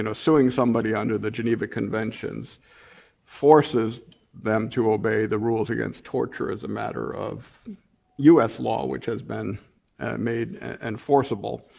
and suing somebody under the geneva conventions forces them to obey the rules against torture as a matter of u s. law which has been made enforceable.